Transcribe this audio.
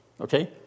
okay